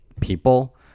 people